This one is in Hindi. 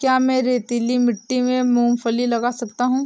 क्या मैं रेतीली मिट्टी में मूँगफली लगा सकता हूँ?